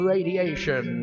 Radiation